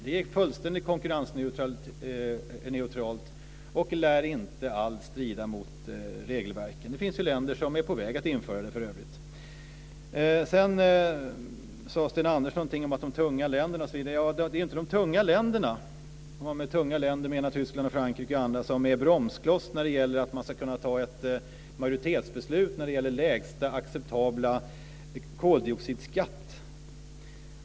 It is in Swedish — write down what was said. Det är fullständigt konkurrensneutralt och lär inte alls strida mot regelverket. Det finns för övrigt länder som är på väg att införa dem. Sten Andersson sade något om de tunga länderna. Det är inte de tunga länderna, om man med tunga länder menar Tyskland och Frankrike, som är bromskloss när det gäller att fatta ett majoritetsbeslut om lägsta acceptabla koldioxidskatt.